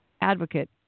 advocate